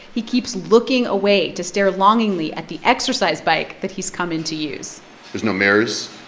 he keeps looking away to stare longingly at the exercise bike that he's come in to use there's no mirrors.